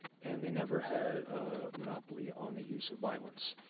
and they never had a monopoly on the use of violence,